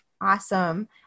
Awesome